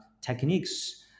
techniques